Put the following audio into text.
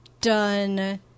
done